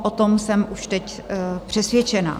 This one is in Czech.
O tom jsem už teď přesvědčena.